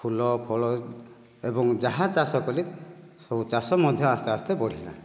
ଫୁଲ ଫଳ ଏବଂ ଯାହା ଚାଷ କଲେ ସବୁ ଚାଷ ମଧ୍ୟ ଆସ୍ତେ ଆସ୍ତେ ବଢ଼ିଲା